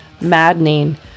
maddening